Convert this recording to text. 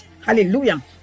Hallelujah